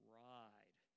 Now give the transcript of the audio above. ride